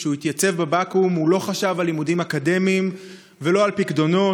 כשהוא התייצב בבקו"ם הוא לא חשב על לימודים אקדמיים ולא על פיקדונות,